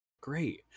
Great